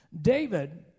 David